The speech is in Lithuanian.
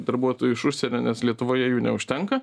darbuotojų iš užsienio nes lietuvoje jų neužtenka